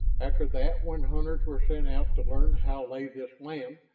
after that when hunters were sent out to learn how lay this land,